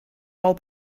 all